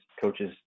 coaches